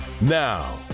Now